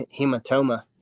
hematoma